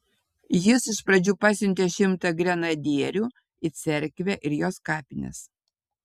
jis iš pradžių pasiuntė šimtą grenadierių į cerkvę ir jos kapines